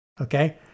Okay